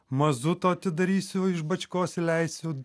mazuto atidarysiu iš bačkos įleisiu